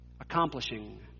Accomplishing